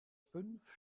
fünf